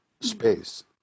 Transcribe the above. space